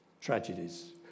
tragedies